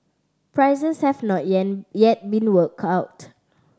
prices have not yet been worked out